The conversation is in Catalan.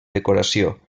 decoració